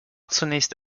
zunächst